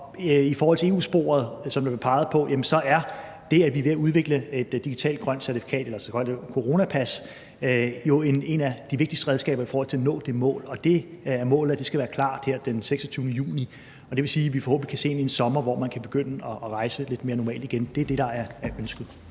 I forhold til EU-sporet, som der blev peget på, er det, at vi er ved at udvikle et digitalt grønt certifikat eller et grønt coronapas, et af de vigtigste redskaber i forhold til at nå det mål, og det er målet, at det skal være klart her den 26. juni. Det vil sige, at vi forhåbentlig kan se ind i en sommer, hvor man kan begynde at rejse lidt mere normalt igen. Det er det, der er ønsket.